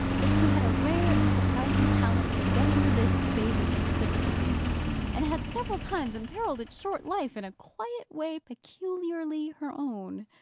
that she had a rare and surprising talent for getting this baby into difficulties and had several times imperilled its short life in a quiet way peculiarly her own.